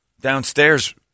downstairs